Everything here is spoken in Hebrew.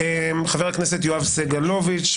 חבר הכנסת יואב סגלוביץ'.